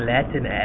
Latin